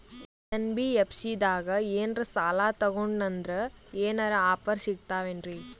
NBFC ದಾಗ ಏನ್ರ ಸಾಲ ತೊಗೊಂಡ್ನಂದರ ಏನರ ಆಫರ್ ಸಿಗ್ತಾವೇನ್ರಿ?